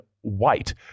White